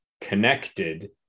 connected